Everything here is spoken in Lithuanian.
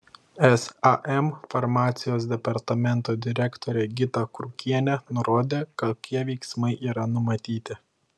sam farmacijos departamento direktorė gita krukienė nurodė kokie veiksmai yra numatyti